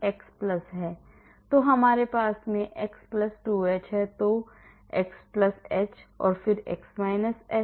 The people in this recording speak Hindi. तो हमारे पास x 2h है तो x h फिर x h फिर x 2h 2